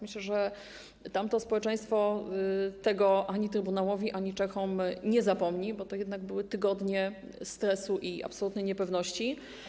Myślę, że tamto społeczeństwo ani Trybunałowi, ani Czechom tego nie zapomni, bo to jednak były tygodnie stresu i absolutnej niepewności.